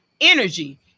energy